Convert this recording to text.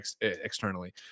externally